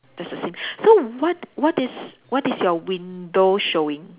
that's the same so what what is what is your window showing